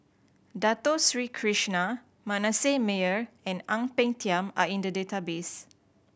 Dato Sri Krishna Manasseh Meyer and Ang Peng Tiam are in the database